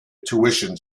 tuition